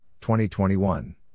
2021